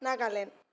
Nagaland